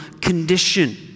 condition